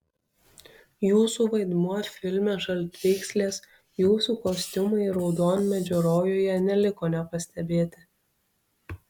jūsų vaidmuo filme žaltvykslės jūsų kostiumai raudonmedžio rojuje neliko nepastebėti